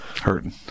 hurting